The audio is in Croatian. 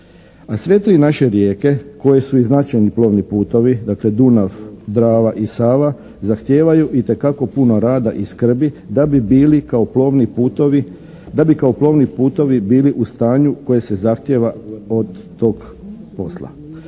sve tri naše rijeke koje su i značajni plovni putovi, dakle Dunav, Drava i Sava zahtijevaju itekako puno rada i skrbi da bi bili kao plovni putovi, da bi kao plovni putovi bili u stanju koje se zahtjeva od tog posla.